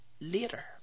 later